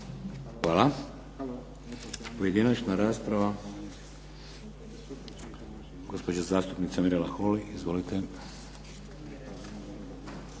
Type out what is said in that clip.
Hvala. Pojedinačna rasprava. Gospođa zastupnica Mirela Holy. Izvolite.